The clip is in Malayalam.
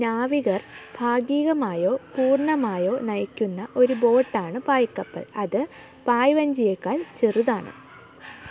നാവികർ ഭാഗികമായോ പൂർണ്ണമായോ നയിക്കുന്ന ഒരു ബോട്ട് ആണ് പായ്ക്കപ്പൽ അത് പായ് വഞ്ചിയേക്കാൾ ചെറുതാണ്